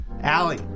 Allie